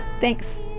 thanks